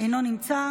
אינו נוכח,